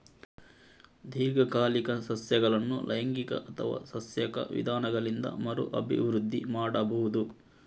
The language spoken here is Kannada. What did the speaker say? ದೀರ್ಘಕಾಲಿಕ ಸಸ್ಯಗಳನ್ನು ಲೈಂಗಿಕ ಅಥವಾ ಸಸ್ಯಕ ವಿಧಾನಗಳಿಂದ ಮರು ಅಭಿವೃದ್ಧಿ ಮಾಡಬಹುದು